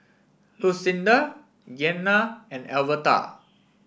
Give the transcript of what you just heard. Lucinda Gianna and Alverta